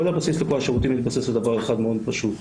כל הבסיס לכל השירותים מתבסס על דבר אחד מאוד פשוט,